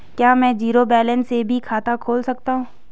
क्या में zero balance से भी खाता खोल सकता हूँ?